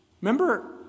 Remember